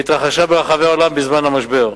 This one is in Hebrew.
והתרחשה ברחבי העולם בזמן המשבר.